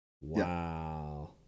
wow